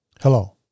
Hello